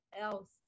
else